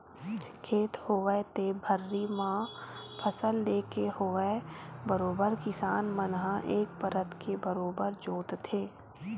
खेत होवय ते भर्री म फसल लेके होवय बरोबर किसान मन ह एक परत के बरोबर जोंतथे